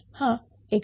हा x1